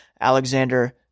Alexander